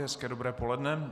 Hezké dobré poledne.